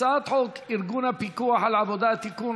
הצעת חוק ארגון הפיקוח על העבודה (תיקון,